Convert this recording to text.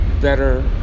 better